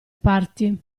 parti